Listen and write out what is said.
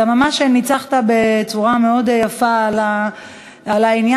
ואתה ממש ניצחת בצורה מאוד יפה על העניין.